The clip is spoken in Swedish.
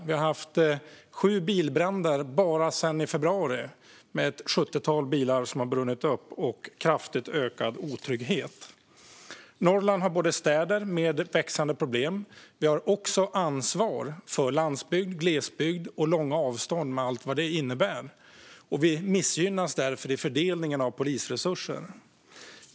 Vi har haft sju bilbränder bara sedan i februari, med ett sjuttiotal bilar som har brunnit upp, och kraftigt ökad otrygghet. Norrland har städer med växande problem. Vi har också ansvar för landsbygd, glesbygd och långa avstånd med allt vad det innebär. Vi missgynnas därför i fördelningen av polisresurser.